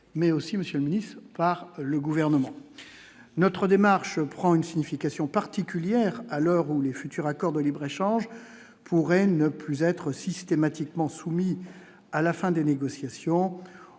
mais aussi Monsieur le Ministre, par le gouvernement, notre démarche. Prend une signification particulière à l'heure où les futurs accords de libre-échange pourrait ne plus être systématiquement soumis à la fin des négociations